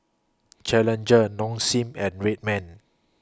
Challenger Nong Shim and Red Man